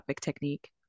technique